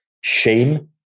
Shame